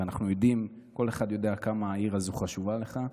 כל אחד יודע כמה העיר הזאת חשובה לך.